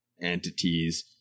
entities